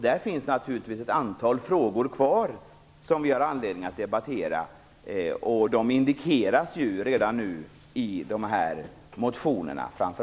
Det finns naturligtvis ett antal frågor kvar som vi har anledning att debattera, och de indikeras redan nu, framför allt i dessa motioner.